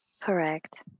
Correct